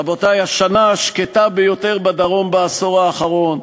רבותי, השנה השקטה ביותר בדרום בעשור האחרון.